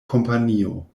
kompanio